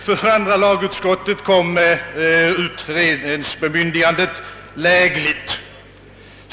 För andra lagutskottet kom utredningsbemyndigandet lägligt.